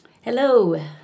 Hello